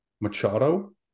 Machado